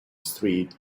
street